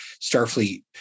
Starfleet